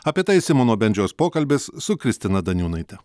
apie tai simono bendžiaus pokalbis su kristina daniūnaite